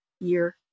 year